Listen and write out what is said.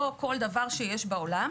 לא כל דבר שיש בעולם.